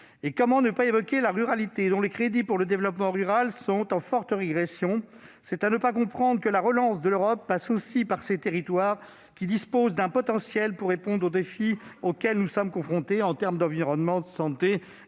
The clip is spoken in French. Comment ne pas évoquer aussi la ruralité, alors que les crédits pour le développement rural sont en forte régression ? C'est ne pas comprendre que la relance de l'Europe passe aussi par ces territoires, qui disposent d'un potentiel pour répondre aux défis auxquels nous sommes confrontés en termes d'environnement, de santé et d'économie,